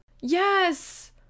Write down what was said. yes